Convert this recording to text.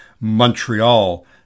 Montreal